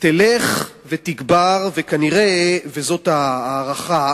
תלך ותגבר, וכנראה, וזאת ההערכה,